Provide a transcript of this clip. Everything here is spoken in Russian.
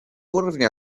уровня